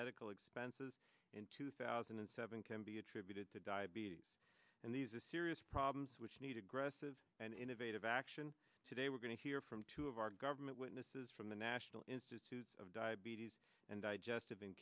medical expenses in two thousand and seven can be attributed to diabetes and these are serious problems which need aggressive and innovative action today we're going to hear from two of our government witnesses from the national institutes of diabetes and digestive